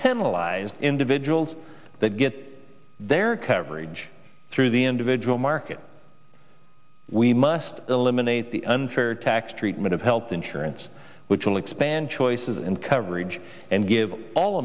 penalize individuals that get their coverage through the individual market we must eliminate the unfair tax treatment of health insurance which will expand choices and coverage and give all